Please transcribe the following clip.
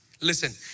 Listen